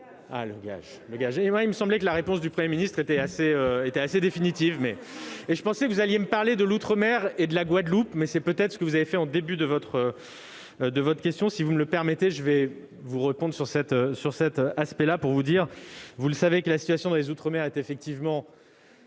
... Le gage ! Il me semblait que la réponse du Premier ministre était assez claire à ce sujet ... Je pensais que vous alliez me parler de l'outre-mer et de la Guadeloupe, mais c'est peut-être ce que vous avez fait au début de votre question. Si vous me le permettez, je vais vous répondre sur cet aspect. La situation dans les outre-mer est effectivement